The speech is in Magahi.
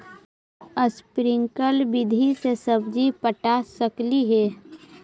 स्प्रिंकल विधि से सब्जी पटा सकली हे?